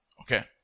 Okay